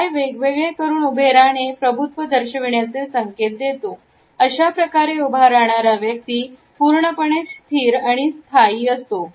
पाय वेगवेगळे करून उभे राहणे प्रभुत्व दर्शविण्याचे संकेत देतो अशाप्रकारे उभा राहणारा व्यक्ती पूर्णपणे स्थिर आणि स्थायी असतो